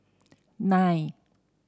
nine